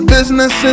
Business